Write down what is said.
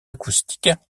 acoustique